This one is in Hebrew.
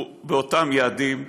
אנחנו באותם יעדים,